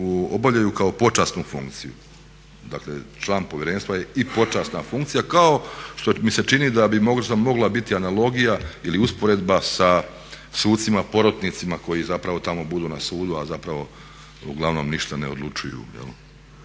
obavljaju kao počasnu funkciju. Dakle, član povjerenstva je i počasna funkcija kao što mi se čini da bi možda mogla biti analogija ili usporedba sa sucima porotnicima koji zapravo tamo budu na sudu a zapravo uglavnom ništa ne odlučuju,